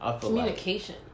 communication